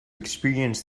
experience